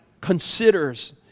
considers